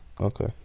Okay